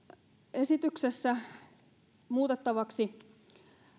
esityksessä muutettavaksi